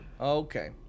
Okay